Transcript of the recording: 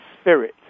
spirit